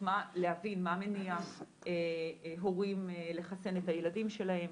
להבין מה מניע הורים לחסן את הילדים שלהם,